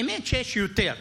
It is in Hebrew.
האמת שיש יותר,